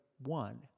one